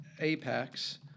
apex